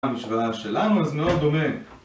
המשוואה שלנו אז מאוד דומה